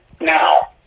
Now